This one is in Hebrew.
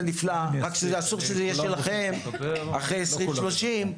נפלא ואסור שזה יהיה שלכם אחרי 2030,